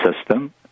system